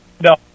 No